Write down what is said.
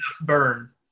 burn